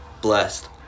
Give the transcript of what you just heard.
Blessed